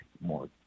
more